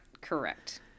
Correct